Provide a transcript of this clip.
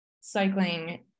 cycling